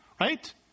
Right